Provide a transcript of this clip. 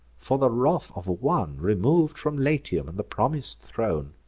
for the wrath of one, remov'd from latium and the promis'd throne.